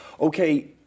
okay